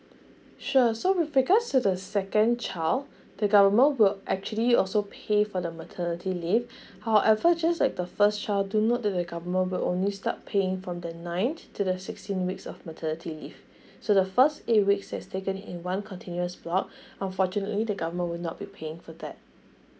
sure so with regards to the second child the government will actually also pay for the maternity leave however just like the first child do note that the government will only start paying from the ninth to the sixteen weeks of maternity leave so the first eight weeks has taken in one continuous block unfortunately the government will not be paying for that